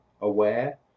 aware